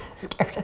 scared